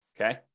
Okay